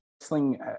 wrestling